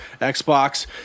Xbox